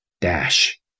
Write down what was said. dash